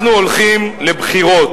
אנחנו הולכים לבחירות.